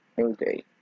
okay